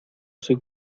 soy